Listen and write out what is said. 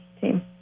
team